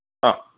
ആ